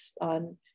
on